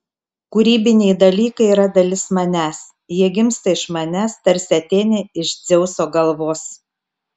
kūrybiniai dalykai yra dalis manęs jie gimsta iš manęs tarsi atėnė iš dzeuso galvos